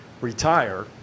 retire